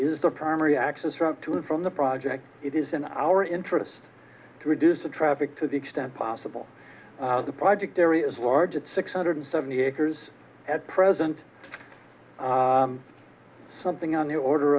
the primary access route to and from the project it is in our interest to reduce the traffic to the extent possible the project area's largest six hundred seventy acres at present something on the order